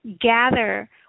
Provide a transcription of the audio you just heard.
gather